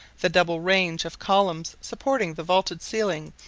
the double range of columns supporting the vaulted ceiling,